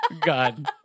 God